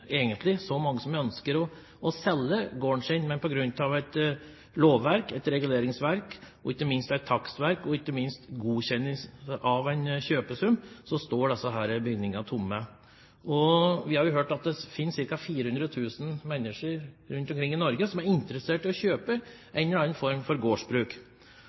så mange som ønsker å selge gården sin, men på grunn av et lovverk, et reguleringsverk, et takstverk og ikke minst en godkjenning av en kjøpesum, står disse bygningene tomme. Vi har hørt at det finnes ca. 400 000 mennesker rundt omkring i Norge som er interessert i å kjøpe en eller annen form for gårdsbruk,